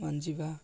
ମାଜିବା